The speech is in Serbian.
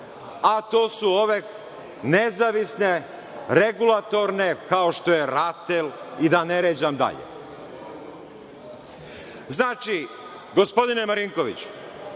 a to su ove nezavisne regulatorne kao što je Ratel i da ne ređam dalje. Znači, gospodine Marinkoviću,